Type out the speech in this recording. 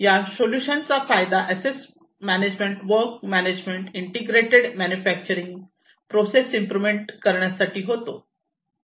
या सोल्युशन चा फायदा asset management work management integrated manufacturing process improvement करण्यासाठी होतो